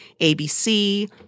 ABC